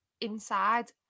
inside